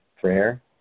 prayer